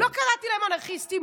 לא קראתי להם אנרכיסטים,